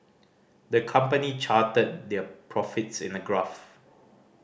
the company charted their profits in a graph